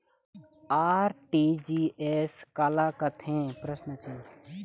RTGS काला कथें?